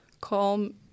calm